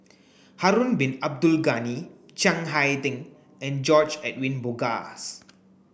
Harun Bin Abdul Ghani Chiang Hai Ding and George Edwin Bogaars